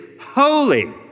holy